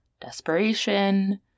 desperation